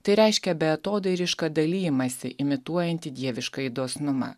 tai reiškia beatodairišką dalijimąsi imituojantį dieviškąjį dosnumą